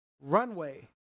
Runway